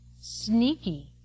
sneaky